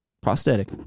prosthetic